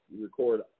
record